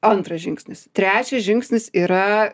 antras žingsnis trečias žingsnis yra